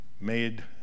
made